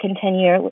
continue